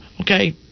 okay